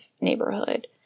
neighborhood